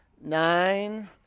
nine